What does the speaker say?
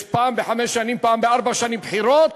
יש פעם בחמש שנים, פעם בארבע שנים, בחירות,